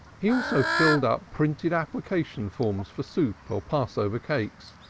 he also filled up printed application forms for soup or passover cakes,